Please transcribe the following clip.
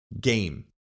game